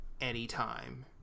anytime